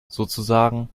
sozusagen